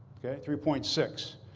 ok? three point six.